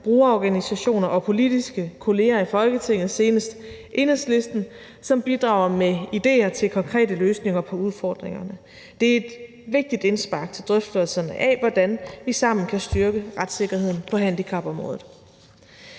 brugerorganisationer og politiske kolleger i Folketinget – senest Enhedslisten – som bidrager med idéer til konkrete løsninger på udfordringerne. Det er et vigtigt indspark til drøftelserne af, hvordan vi sammen kan styrke retssikkerheden på handicapområdet.